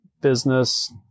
business